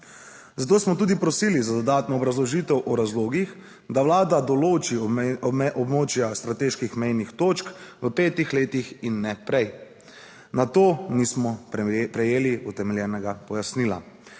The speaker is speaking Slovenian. Zato smo tudi prosili za dodatno obrazložitev o razlogih, da Vlada določi območja strateških mejnih točk v petih letih in ne prej. Na to nismo prejeli utemeljenega pojasnila.